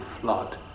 flood